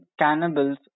cannibals